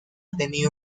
tenido